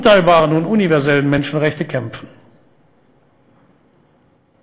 אלה אשר מחויבים לדמוקרטיה ולזכויות האדם.